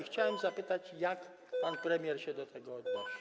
Chciałbym zapytać, jak pan premier się do tego odnosi?